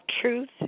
truth